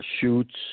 Shoots